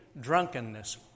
drunkenness